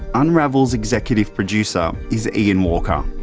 unravel's executive producer is ian walker.